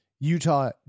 Utah